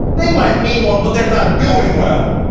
they might mean well but they are not doing well.